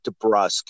DeBrusque